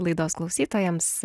laidos klausytojams